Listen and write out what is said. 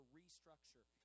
restructure